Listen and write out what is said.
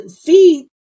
feed